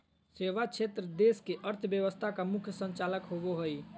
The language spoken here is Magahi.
सेवा क्षेत्र देश के अर्थव्यवस्था का मुख्य संचालक होवे हइ